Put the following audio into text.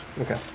Okay